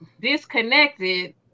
disconnected